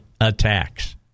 attacks